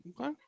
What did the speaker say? Okay